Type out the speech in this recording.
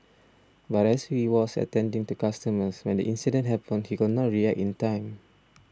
but as he was attending to customers when the incident happened he could not react in time